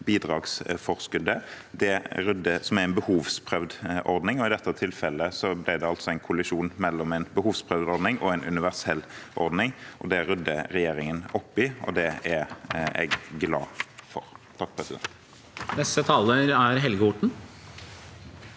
bidragsforskuddet, som er en behovsprøvd ordning, og i dette tilfellet ble det altså en kollisjon mellom en behovsprøvd ordning og en universell ordning. Det rydder regjeringen opp i, og det er jeg glad for. Helge Orten